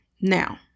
Now